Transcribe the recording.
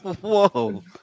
Whoa